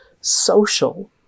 social